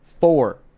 Four